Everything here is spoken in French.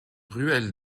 ruelle